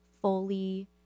fully